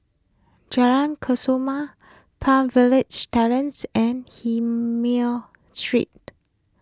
Jalan Kesoma Terrace and Street